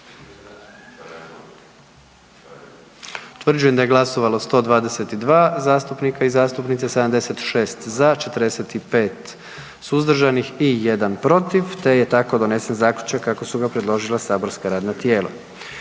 Utvrđujem da je glasovalo 111 zastupnika i zastupnica, 78 za, 33 suzdržana i na taj način je donesen zaključak kako ga je predložilo matično radno tijelo.